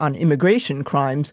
on immigration crimes,